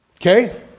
Okay